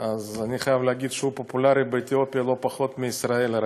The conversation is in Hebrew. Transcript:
אני חייב להגיד שהוא פופולרי באתיופיה לא פחות מאשר בישראל.